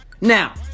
Now